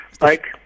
Mike